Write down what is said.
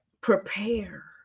prepare